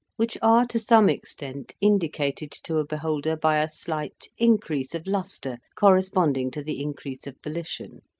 which are to some extent indicated to a beholder by a slight increase of lustre corresponding to the increase of volition.